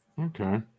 okay